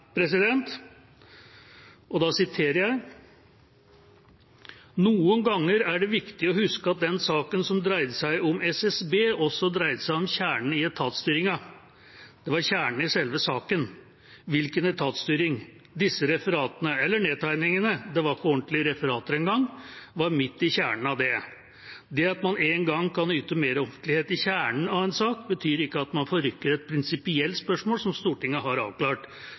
arbeids- og velferdsetaten, nettopp det som er kjernen i den saken vi har til behandling. Så sier statsministeren i høringen: «Noen ganger er det viktig å huske at den saken som dreide seg om SSB, også dreide seg om kjernen i etatsstyringen. Det var kjernen i selve saken: hvilken etatsstyring. Disse referatene – eller nedtegningene, det var ikke ordentlige referater engang – var midt i kjernen av det. Det at man én gang kan yte meroffentlighet i kjernen av en sak, betyr ikke at man forrykker et